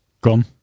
Gone